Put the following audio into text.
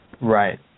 Right